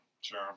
Sure